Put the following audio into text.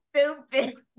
stupid